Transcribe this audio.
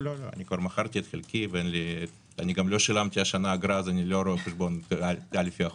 לא שילמתי השנה אגרה אז אני לא רואה חשבון לפי החוק.